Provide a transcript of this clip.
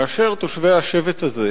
כאשר תושבי השבט הזה